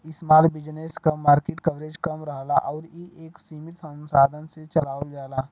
small business क market coverage कम रहला आउर इ एक सीमित संसाधन से चलावल जाला